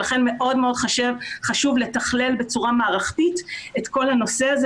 ולכן מאוד חשוב לתכלל בצורה מערכתית את כל הנושא הזה